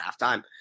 halftime